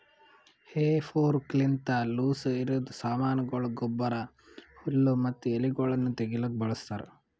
ಹೇ ಫೋರ್ಕ್ಲಿಂತ ಲೂಸಇರದ್ ಸಾಮಾನಗೊಳ, ಗೊಬ್ಬರ, ಹುಲ್ಲು ಮತ್ತ ಎಲಿಗೊಳನ್ನು ತೆಗಿಲುಕ ಬಳಸ್ತಾರ್